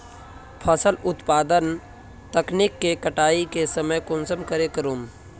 फसल उत्पादन तकनीक के कटाई के समय कुंसम करे करूम?